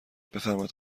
بفرمایید